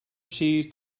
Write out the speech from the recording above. cheese